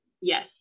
Yes